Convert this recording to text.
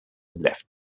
left